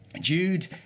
Jude